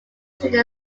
through